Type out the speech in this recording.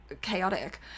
chaotic